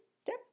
step